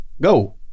Go